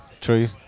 true